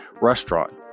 restaurant